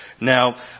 Now